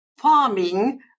farming